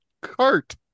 cart